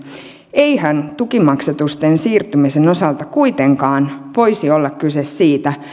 eihän tukimaksatusten siirtymisen osalta kuitenkaan voisi olla kyse siitä